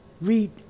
Read